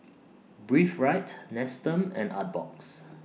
Breathe Right Nestum and Artbox